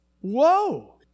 Whoa